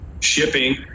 shipping